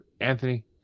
Anthony